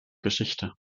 geschichte